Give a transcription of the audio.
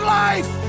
life